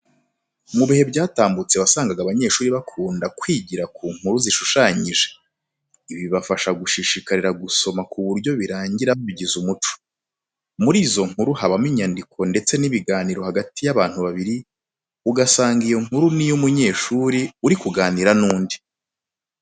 Mu bihe byatambutse wasangaga abanyeshuri bakunda kwigira ku nkuru zishushanije, ibi bibafasha gushishikarira gusoma ku buryo birangira babigize umuco. Muri izo nkuru habamo imyandiko ndetse n'ibiganiro hagati y'abantu babiri, ugasanga iyo nkuru ni iy'umunyeshuri uri kuganira n'undi.